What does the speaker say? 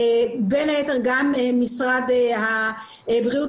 בין היתר גם משרד הבריאות,